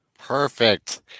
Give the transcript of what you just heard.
Perfect